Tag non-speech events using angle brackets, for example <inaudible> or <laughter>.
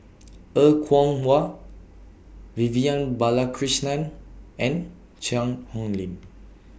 <noise> Er Kwong Wah Vivian Balakrishnan and Cheang Hong Lim